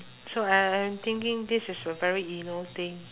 so I I'm thinking this is a very inno~ thing